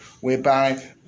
whereby